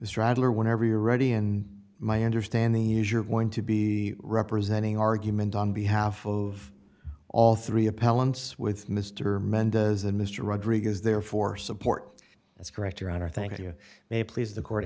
straddler whenever you're ready in my understanding use you're going to be representing argument on behalf of all three appellants with mr mendoza mr rodriguez there for support that's correct your honor thank you may please the court